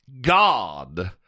God